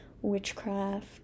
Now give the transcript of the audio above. witchcraft